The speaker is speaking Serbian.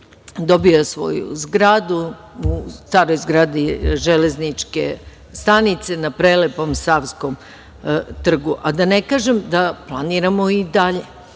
dobija svoju zgradu, u staroj zgradi Železničke stanice na prelepom Savskom trgu, a da ne kažem da planiramo i dalje,